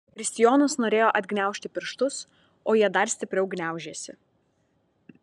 kristijonas norėjo atgniaužti pirštus o jie dar stipriau gniaužėsi